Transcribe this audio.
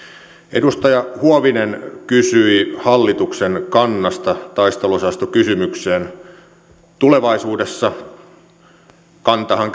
edustaja huovinen kysyi hallituksen kannasta taisteluosastokysymykseen tulevaisuudessa tämänhetkinen kantahan